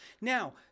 Now